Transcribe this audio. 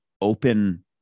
open